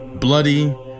bloody